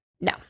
No